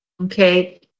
Okay